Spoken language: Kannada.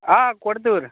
ಹಾಂ ಕೊಡ್ತೀವಿ ರೀ